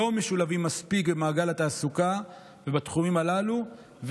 שלא משולבים מספיק במעגל התעסוקה בתחומים הללו,